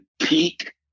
peak